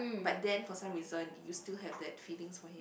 but then for some reason you still have that feelings for him